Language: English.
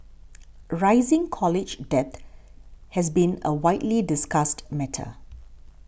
rising college debt has been a widely discussed matter